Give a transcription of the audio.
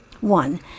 One